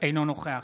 אינו נוכח